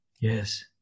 Yes